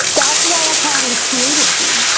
that's why i call it a creative fee